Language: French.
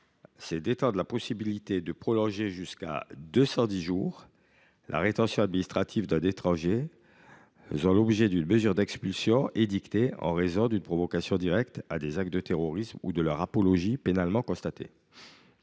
objet d’étendre la possibilité de prolonger jusqu’à 210 jours la rétention administrative d’un étranger faisant l’objet d’une mesure d’expulsion édictée en raison d’une provocation directe à des actes de terrorisme ou de leur apologie pénalement constatée.